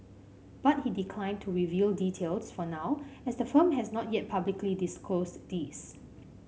but he declined to reveal details for now as the firm has not yet publicly disclosed these